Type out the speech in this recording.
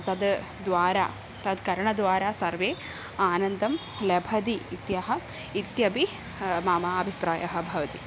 तत् द्वारा तत् करणद्वारा सर्वे आनन्दं लभते इत्यहम् इत्यपि मम अभिप्रायः भवति